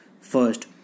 first